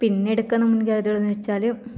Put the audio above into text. പിന്നെ എടുക്കുന്ന മുൻകരുതൽ എന്ന് വെച്ചാൽ